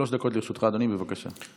שלוש דקות, לרשותך, אדוני, בבקשה.